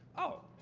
oh,